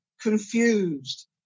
confused